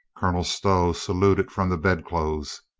colonel stow saluted from the bedclothes.